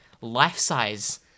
life-size